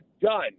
done